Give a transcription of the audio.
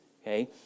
okay